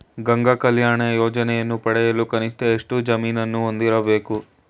ಗಂಗಾ ಕಲ್ಯಾಣ ಯೋಜನೆಯನ್ನು ಪಡೆಯಲು ಕನಿಷ್ಠ ಎಷ್ಟು ಜಮೀನನ್ನು ಹೊಂದಿರಬೇಕು?